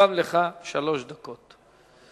גם לך שלוש דקות.